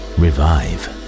revive